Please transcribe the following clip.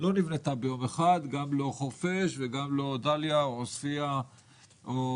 גם לא חורפיש או דליה או עוספיה או